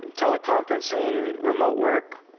um teleconferencing, remote work,